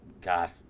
God